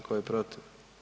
Tko je protiv?